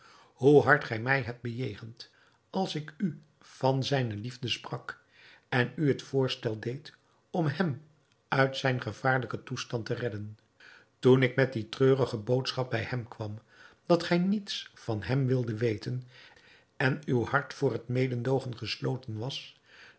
hoe hard gij mij hebt bejegend als ik u van zijne liefde sprak en u het voorstel deed om hem uit zijn gevaarlijken toestand te redden toen ik met die treurige boodschap bij hem kwam dat gij niets van hem wildet weten en uw hart voor het mededoogen gesloten was